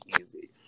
easy